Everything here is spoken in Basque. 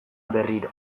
berriro